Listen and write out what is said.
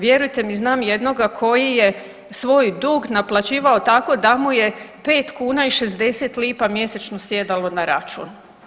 Vjerujte mi znam jednoga koji je svoj dug naplaćivao tako da mu je 5 kuna i 60 lipa mjesečno sjedalo na račun.